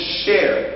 share